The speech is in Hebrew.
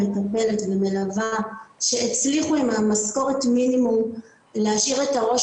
מטפלת ומלווה שהצליחו עם משכורת מינימום להשאיר את הראש